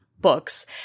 books